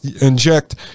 inject